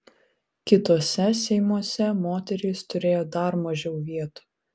kituose seimuose moterys turėjo dar mažiau vietų